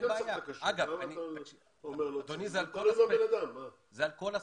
זה על כל הספקטרום.